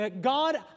God